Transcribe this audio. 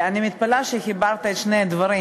אני מתפלאת שחיברת את שני הדברים,